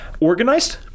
organized